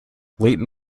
layton